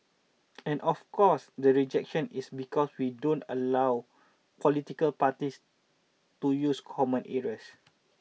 and of course the rejection is because we don't allow political parties to use common areas